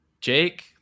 Jake